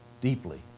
deeply